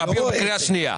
אביר בקריאה שנייה.